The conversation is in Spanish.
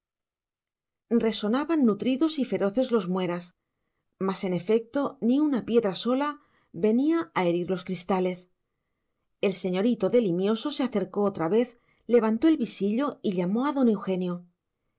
resonaban nutridos y feroces los mueras mas en efecto ni una piedra sola venía a herir los cristales el señorito de limioso se acercó otra vez levantó el visillo y llamó a don eugenio